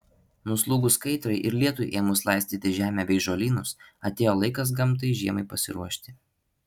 nuslūgus kaitrai ir lietui ėmus laistyti žemę bei žolynus atėjo laikas gamtai žiemai pasiruošti